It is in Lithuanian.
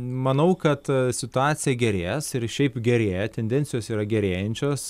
manau kad situacija gerės ir šiaip gerėja tendencijos yra gerėjančios